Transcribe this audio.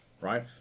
right